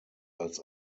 als